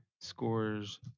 scores